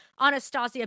anastasia